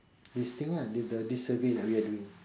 this thing lah this survey that we are doing